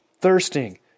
thirsting